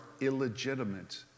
illegitimate